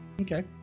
Okay